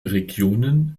regionen